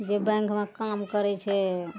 जे बैंकमे काम करै छै